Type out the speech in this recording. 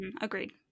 Agreed